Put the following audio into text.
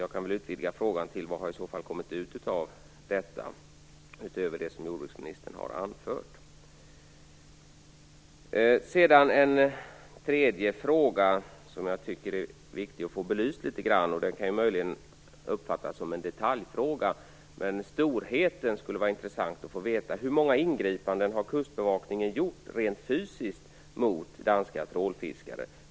Därför kan jag utvidga frågan till följande: Vad har kommit ut av detta utöver det som jordbruksministern har anfört? Den tredje frågan, som jag tycker är viktig att få belyst även om den möjligen kan uppfattas som en detaljfråga, handlar om storheten. Den skulle vara intressant att känna till. Hur många ingripanden har kustbevakningen gjort rent fysiskt mot danska trålfiskare?